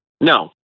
No